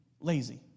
lazy